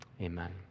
amen